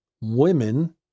women